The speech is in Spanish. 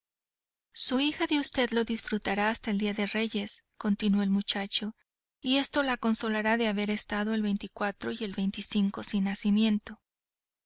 su hija de v lo disfrutará hasta el día de reyes continuó el muchacho y esto la consolará de haber estado el y el sin nacimiento